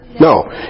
No